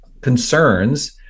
concerns